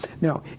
Now